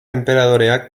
enperadoreak